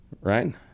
Right